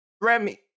Remy